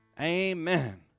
amen